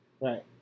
Right